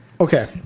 Okay